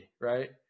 right